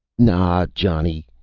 naw, johnny,